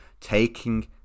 taking